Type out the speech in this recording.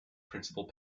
principal